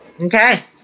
Okay